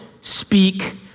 speak